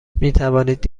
میتوانید